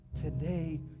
today